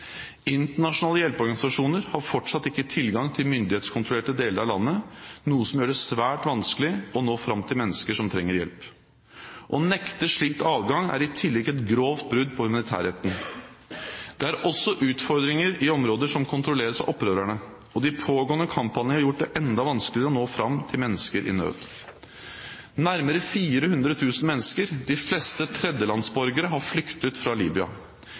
Internasjonale hjelpeorganisasjoner har fortsatt ikke tilgang i myndighetskontrollerte deler av landet, noe som gjør det svært vanskelig å nå fram til mennesker som trenger hjelp. Å nekte slik adgang er i tillegg et grovt brudd på humanitærretten. Det er også utfordringer i områder som kontrolleres av opprørerne, og de pågående kamphandlingene har gjort det enda vanskeligere å nå fram til mennesker i nød. Nærmere 400 000 mennesker – de fleste tredjelandsborgere – har flyktet fra Libya.